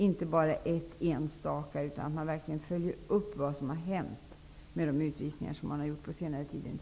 Det vore värdefullt om man kunde följa upp vad som har hänt med de människor som på senare tid utvisats till Peru.